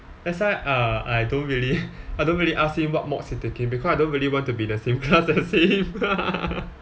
that's why uh I don't really I don't really ask him what mods he taking because I don't really want to be in the same class as him